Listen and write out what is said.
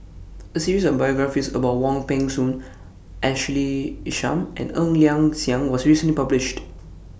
A series of biographies about Wong Peng Soon Ashley Isham and Ng Liang Chiang was recently published